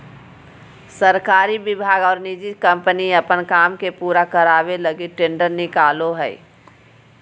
सरकारी विभाग और निजी कम्पनी अपन काम के पूरा करावे लगी टेंडर निकालो हइ